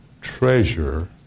treasure